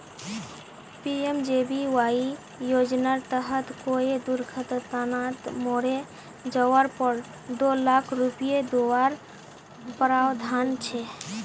PMJBY योज्नार तहत कोए दुर्घत्नात मोरे जवार पोर दो लाख रुपये दुआर प्रावधान छे